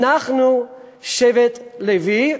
אנחנו שבט לוי,